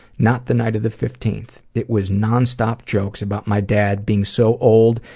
not the night of the fifteenth. it was non-stop jokes about my dad being so old,